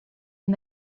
and